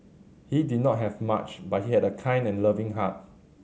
he did not have much but he had a kind and loving heart